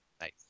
Nice